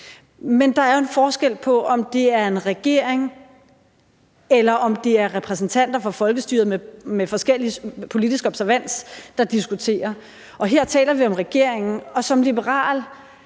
Men der er jo en forskel på, om det er en regering, eller om det er repræsentanter for folkestyret af forskellig politisk observans, der diskuterer, og her taler vi om regeringen. Kan ordføreren